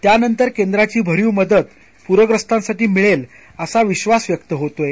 त्यानंतरकेंद्राचीभरीवमदतपूरग्रस्ताङसाठीमिळेलअसाविश्वासव्यक्तहोतोय